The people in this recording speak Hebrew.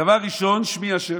דבר ראשון, שמי ה'.